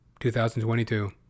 2022